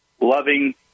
loving